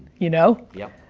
you know? yep,